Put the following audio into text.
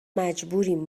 مجبوریم